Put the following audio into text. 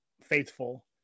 faithful